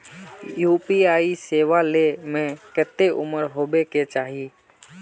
UPI सेवा ले में कते उम्र होबे के चाहिए?